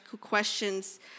questions